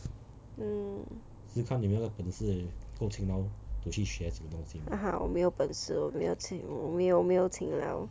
mm ah ha 我没有本事我没有勤我没有没有勤劳